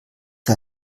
war